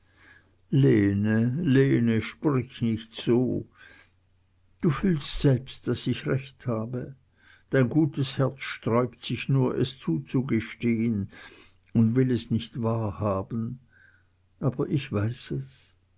sprich nicht so du fühlst selbst daß ich recht habe dein gutes herz sträubt sich nur es zuzugestehen und will es nicht wahrhaben aber ich weiß es